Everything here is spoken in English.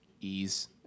ease